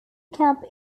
camp